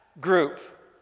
group